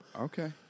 Okay